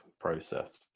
process